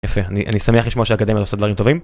יפה אני אני שמח לשמוע שהאקדמיה עושה דברים טובים.